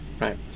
right